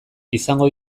izango